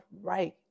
right